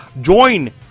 join